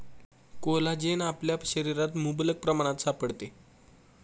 collagen आपल्या शरीरात मुबलक प्रमाणात सापडते